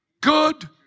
good